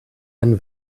einen